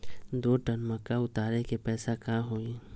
दो टन मक्का उतारे के पैसा का होई?